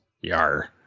Yar